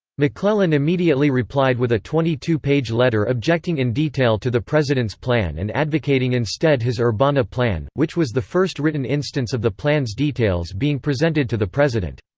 mcclellan immediately replied with a twenty two page letter objecting in detail to the president's plan and advocating instead his urbanna plan, which was the first written instance of the plan's details being presented to the president.